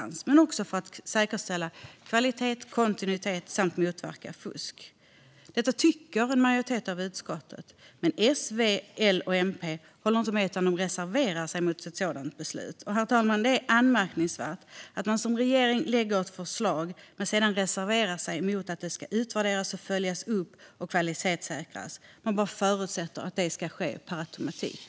Men det handlar också om att säkerställa kvalitet och kontinuitet samt motverka fusk. Detta tycker en majoritet i utskottet, men S, V, L och MP håller inte med. De reserverar sig mot ett sådant beslut. Herr talman! Det är anmärkningsvärt att man som regering lägger fram ett förslag och sedan reserverar sig mot att det ska utvärderas, följas upp och kvalitetssäkras. Man förutsätter att det ska ske per automatik.